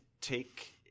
take